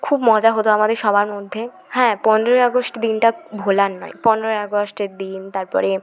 খুব মজা হতো আমাদের সবার মধ্যে হ্যাঁ পনেরোই আগস্ট দিনটা ভোলার নয় পনেরোই আগস্টের দিন তারপরে